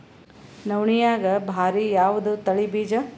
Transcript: ನವಣಿಯಾಗ ಭಾರಿ ಯಾವದ ತಳಿ ಬೀಜ?